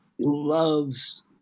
loves